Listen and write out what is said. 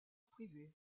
privé